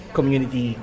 Community